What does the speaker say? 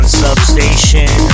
substation